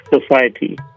society